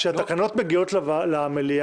אני מסכים איתך שכשהתקנות מגיעות למליאה